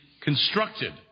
constructed